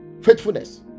Faithfulness